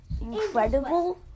incredible